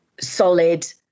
solid